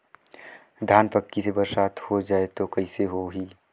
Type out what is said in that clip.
धान पक्की से बरसात हो जाय तो कइसे हो ही?